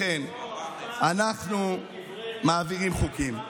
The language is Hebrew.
דברי אנחנו מעבירים חוקים.